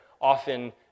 often